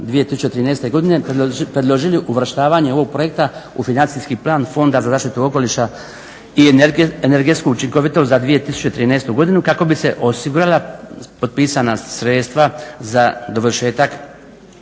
2013. predložili uvrštavanje ovog projekta u financijski plan fonda za zaštitu okoliša i energetsku učinkovitost za 2013. Godinu kako bi se osigurala potpisana sredstva za dovršetak